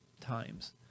times